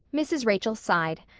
mrs. rachel sighed.